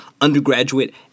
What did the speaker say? undergraduate